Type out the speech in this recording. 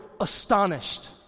astonished